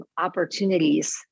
opportunities